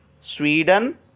Sweden